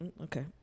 Okay